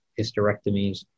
hysterectomies